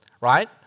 right